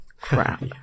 Crap